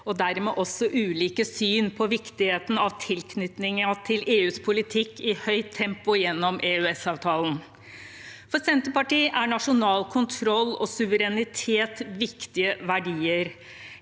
og dermed også ulike syn på viktigheten av tilknytningen til EUs politikk i høyt tempo gjennom EØS-avtalen. For Senterpartiet er nasjonal kontroll og suverenitet viktige verdier.